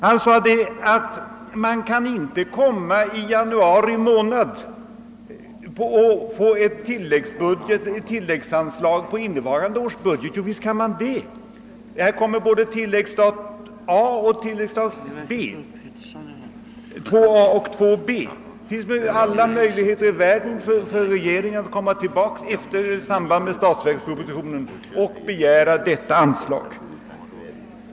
Han sade att man inte i januari månad kan få ett tilläggsanslag på innevarande års budget. Visst kan man det! Här tillkommer både tilläggsstat II A och II B. Det finns alla möjligheter i världen för regeringen att komma tillbaka i samband med statsverkspropositionen och begära detta anslag.